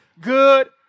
good